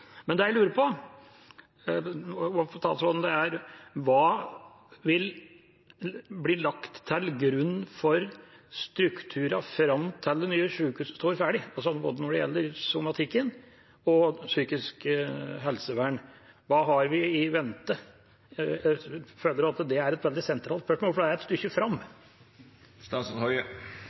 jeg lurer på, er: Hva vil bli lagt til grunn for strukturene fram til det nye sykehuset står ferdig, både når det gjelder somatikken og psykisk helsevern? Hva har vi i vente? Jeg føler at det er et veldig sentralt spørsmål, for det er et stykke fram.